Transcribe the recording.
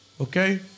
Okay